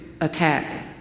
attack